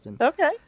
Okay